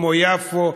כמו ביפו,